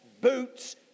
boots